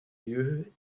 lieu